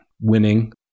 winning